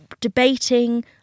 debating